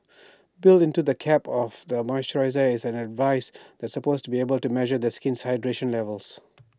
built into the cap of the moisturiser is A device that supposedly is able to measure the skin's hydration levels